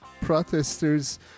protesters